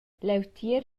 leutier